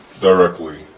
directly